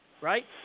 Right